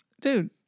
Dude